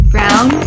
Brown